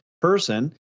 person